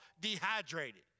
dehydrated